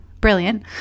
Brilliant